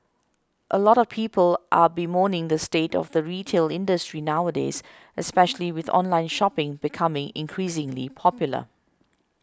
a lot of people are bemoaning the state of the retail industry nowadays especially with online shopping becoming increasingly popular